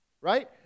Right